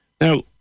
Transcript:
Now